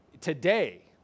today